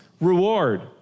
reward